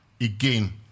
again